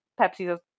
pepsi's